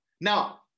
Now